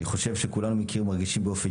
אני חושב שכולנו מכירים ומרגישים באופן